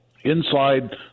inside